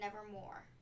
Nevermore